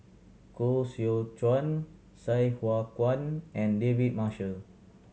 Koh Seow Chuan Sai Hua Kuan and David Marshall